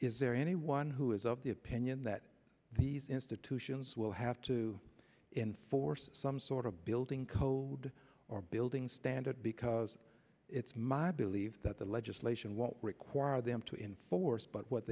is there anyone who is of the opinion that these institutions will have to enforce some sort of building code or building standard because it's my belief that the legislation won't require them to enforce but what